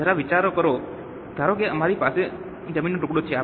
જરા વિચાર કરો ધારો કે અમારી પાસે જમીનનો ટુકડો છે